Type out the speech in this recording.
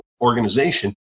organization